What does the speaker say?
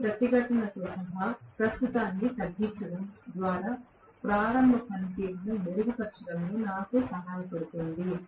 ఇది ప్రతిఘటనతో సహా కనీసం ప్రస్తుతాన్ని తగ్గించడం ద్వారా ప్రారంభ పనితీరును మెరుగుపరచడంలో నాకు సహాయపడుతుంది